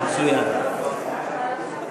סעיף 3, כהצעת הוועדה,